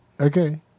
Okay